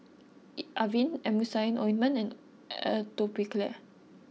Avene Emulsying Ointment and Atopiclair